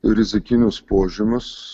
rizikinius požymius